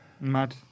mad